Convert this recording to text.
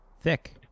Thick